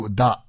da